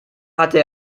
hatte